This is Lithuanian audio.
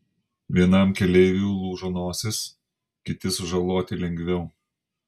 vienam keleiviui lūžo nosis kiti sužaloti lengviau